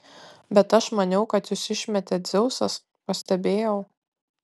bet aš maniau kad jus išmetė dzeusas pastebėjau